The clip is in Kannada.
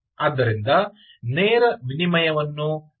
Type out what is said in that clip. ಆದ್ದರಿಂದ ನೇರ ವಿನಿಮಯವನ್ನು ತೆರೆಯೋಣ